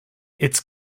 its